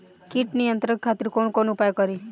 कीट नियंत्रण खातिर कवन कवन उपाय करी?